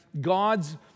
God's